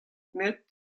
met